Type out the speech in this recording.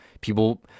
people